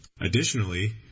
Additionally